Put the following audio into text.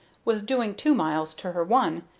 was doing two miles to her one,